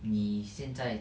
你现在